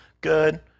Good